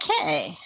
Okay